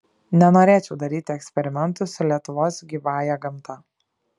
nenorėčiau daryti eksperimentų su lietuvos gyvąja gamta